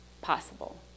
possible